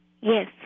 yes